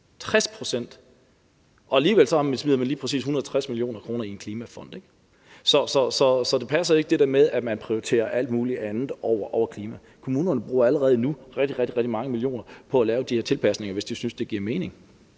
60pct. – og alligevel smider man så lige præcis 160 mio. kr. i en klimafond, ikke? Så det passer ikke, det der med, at man prioriterer alt muligt andet over klima. Kommunerne bruger allerede nu rigtig, rigtig mange millioner på at lave de tilpasninger, hvis de synes, at det giver mening.